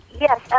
Yes